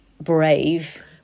brave